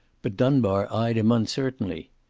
but dunbar eyed him uncertainly.